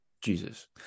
Jesus